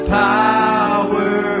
power